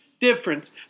difference